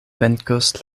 venkos